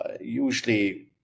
Usually